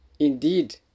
Indeed